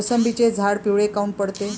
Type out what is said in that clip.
मोसंबीचे झाडं पिवळे काऊन पडते?